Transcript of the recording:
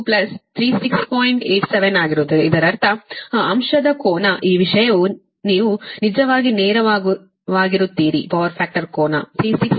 87 ಆಗಿರುತ್ತದೆ ಇದರರ್ಥ ಆ ಅಂಶದ ಕೋನ ಈ ವಿಷಯ ನೀವು ನಿಜವಾಗಿ ನೇರವಾಗಿರುತ್ತೀರಿ ಪವರ್ ಫ್ಯಾಕ್ಟರ್ ಕೋನ 36